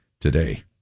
today